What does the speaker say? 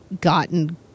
gotten